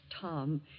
Tom